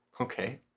Okay